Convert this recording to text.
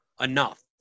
enough